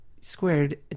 squared